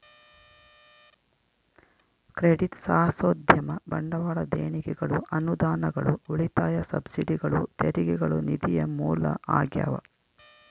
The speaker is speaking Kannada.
ಕ್ರೆಡಿಟ್ ಸಾಹಸೋದ್ಯಮ ಬಂಡವಾಳ ದೇಣಿಗೆಗಳು ಅನುದಾನಗಳು ಉಳಿತಾಯ ಸಬ್ಸಿಡಿಗಳು ತೆರಿಗೆಗಳು ನಿಧಿಯ ಮೂಲ ಆಗ್ಯಾವ